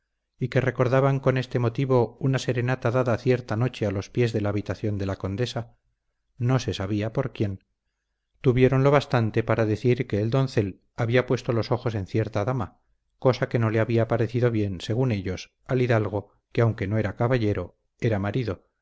y que recordaban con este motivo una serenata dada cierta noche a los pies de la habitación de la condesa no se sabía por quién tuvieron lo bastante para decir que el doncel había puesto los ojos en cierta dama cosa que no le había parecido bien según ellos al hidalgo que aunque no era caballero era marido